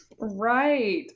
Right